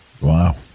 Wow